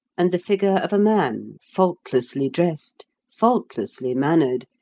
and the figure of a man, faultlessly dressed, faultlessly mannered,